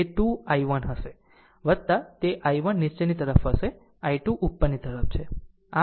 તે 2 i1 હશે તે i1 નીચેની તરફ હશે I2 ઉપરની તરફ છે